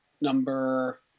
number